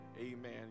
Amen